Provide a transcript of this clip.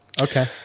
Okay